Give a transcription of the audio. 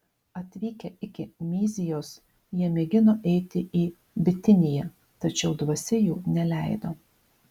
atvykę iki myzijos jie mėgino eiti į bitiniją tačiau dvasia jų neleido